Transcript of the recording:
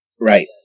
Right